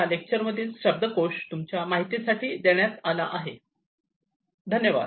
धन्यवाद